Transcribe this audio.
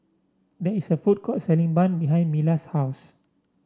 there is a food court selling bun behind Mila's house